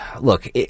look